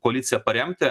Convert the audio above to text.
koaliciją paremti